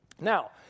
Now